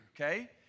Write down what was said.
okay